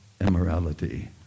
immorality